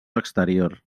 exterior